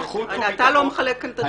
אתה לא מחלק כאן את הדקות.